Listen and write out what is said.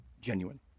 genuine